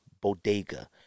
Bodega